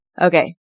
Okay